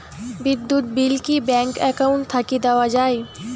বিদ্যুৎ বিল কি bank account থাকি দেওয়া য়ায়?